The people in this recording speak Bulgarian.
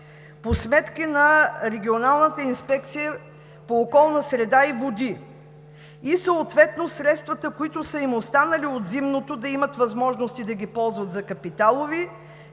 по сметки на Регионалната инспекция по околната среда и водите и съответно средствата, които са им останали от зимното поддържане, да имат възможности да ги ползват за капиталови